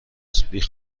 شدیم